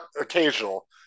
occasional